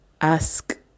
ask